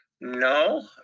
No